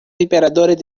emperadores